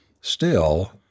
Still